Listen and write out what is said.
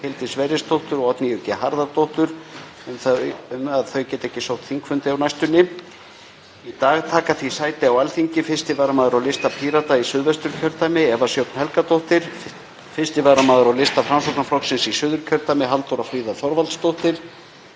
Hildi Sverrisdóttur og Oddnýju G. Harðardóttur um að þau geti ekki sótt þingfundi á næstunni. Í dag taka því sæti á Alþingi 1. varamaður á lista Pírata í Suðvest., Eva Sjöfn Helgadóttir, 1. varamaður á lista Framsóknarflokksins í Suðurk., Halldóra Fríða Þorvaldsdóttir,